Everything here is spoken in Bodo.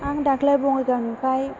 आं दाखालि बङाइगावनिफ्राइ